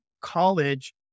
college